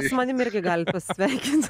su manim irgi galit pasisveikint